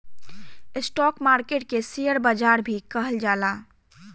stock market के share बाजार भी कहल जाला